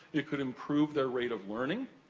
it could improve their rate of learning.